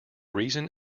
reason